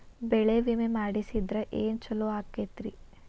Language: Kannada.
ಬೆಳಿ ವಿಮೆ ಮಾಡಿಸಿದ್ರ ಏನ್ ಛಲೋ ಆಕತ್ರಿ?